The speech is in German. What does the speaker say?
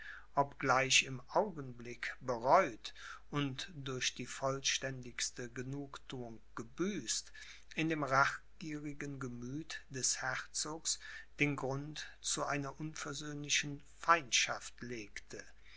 obgleich im augenblick bereut und durch die vollständigste genugtuung gebüßt in dem rachgierigen gemüth des herzogs den grund zu einer unversöhnlichen feindschaft legte